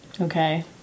Okay